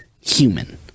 human